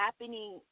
happening